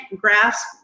grasp